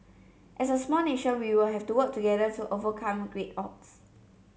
as a small nation we will have to work together to overcome great odds